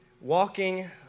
walking